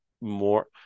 more